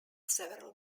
several